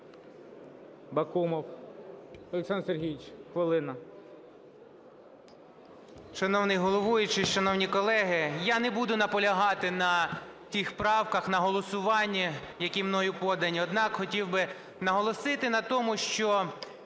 Бакумов Олександр Сергійович, хвилина.